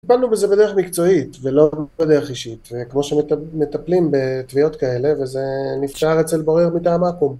טיפלנו בזה בדרך מקצועית, ולא בדרך אישית, וכמו שמטפלים בתביעות כאלה, וזה נפתר אצל בורר מטעם אקום.